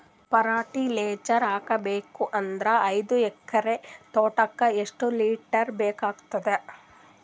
Fertiliser ಹಾಕಬೇಕು ಅಂದ್ರ ಐದು ಎಕರೆ ತೋಟಕ ಎಷ್ಟ ಲೀಟರ್ ಬೇಕಾಗತೈತಿ?